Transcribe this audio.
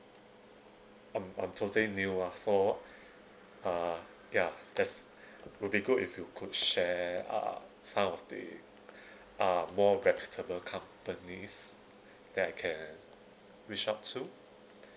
I'm I'm totally new lah so uh yeah that's would be good if you could share uh some of the uh more reputable companies that I can reach out to